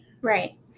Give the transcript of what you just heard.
right